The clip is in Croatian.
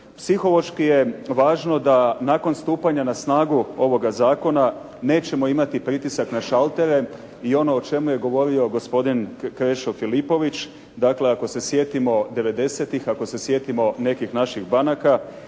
Psihološki je važno da nakon stupanja na snagu ovoga zakona nećemo imati pritisak na šaltere i ono o čemu je govorio gospodin Krešo Filipović. Dakle, ako se sjetimo devedesetih, ako se sjetimo nekih naših banaka.